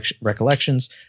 recollections